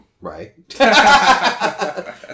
Right